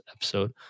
episode